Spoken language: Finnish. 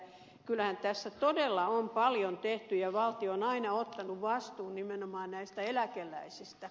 kyllähän tässä todella on paljon tehty ja valtio on aina ottanut vastuun nimenomaan näistä eläkeläisistä